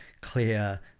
clear